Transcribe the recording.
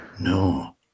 No